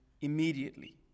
immediately